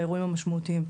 באירועים המשמעותיים,